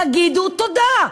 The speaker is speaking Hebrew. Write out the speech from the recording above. תגידו תודה.